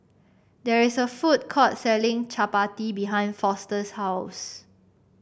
there is a food court selling chappati behind Foster's house